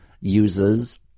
uses